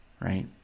Right